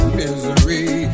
misery